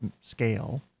scale